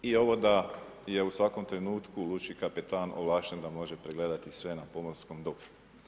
I ovo da je u svakom trenutku lučki kapetan, ovlašten da može pregledati sve na pomorskom dobru.